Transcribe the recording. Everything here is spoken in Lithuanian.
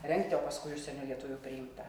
rengti o paskui užsienio lietuvių priimta